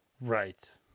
Right